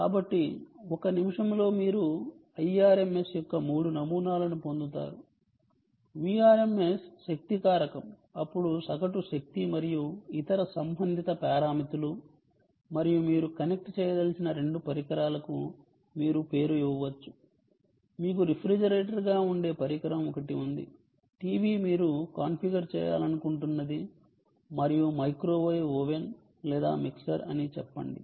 కాబట్టి 1 నిమిషంలో మీరు I rms యొక్క 3 నమూనాలను పొందుతారు Vrms శక్తి కారకం అప్పుడు సగటు శక్తి మరియు ఇతర సంబంధిత పారామితులు మరియు మీరు కనెక్ట్ చేయదలిచిన రెండు పరికరాలకు మీరు పేరు ఇవ్వవచ్చు మీకు రిఫ్రిజిరేటర్గా ఉండే పరికరం ఒకటి ఉంది టీవీ మీరు కాన్ఫిగర్ చేయాలనుకుంటున్నది మరియు మైక్రోవేవ్ ఓవెన్ లేదా మిక్సర్ అని చెప్పండి